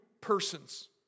persons